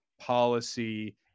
policy